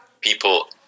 people